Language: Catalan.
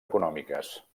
econòmiques